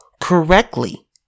correctly